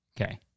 Okay